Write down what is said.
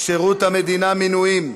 שירות המדינה (מינויים)